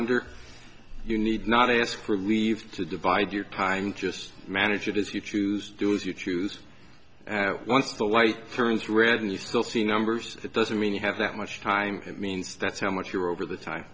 wonder you need not ask for leave to divide your time just manage it as you choose do as you choose once the light turns red and you still see numbers that doesn't mean you have that much time it means that's how much you're over the